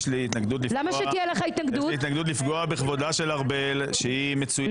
יש לי התנגדות לפגוע בכבודה של ארבל שהיא מצויה היטב בתקנון הזה.